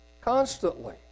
constantly